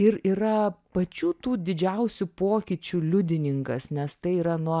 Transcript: ir yra pačių tų didžiausių pokyčių liudininkas nes tai yra nuo